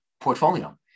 portfolio